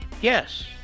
yes